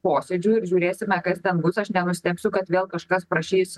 posėdžių ir žiūrėsime kas ten bus aš nenustebsiu kad vėl kažkas prašys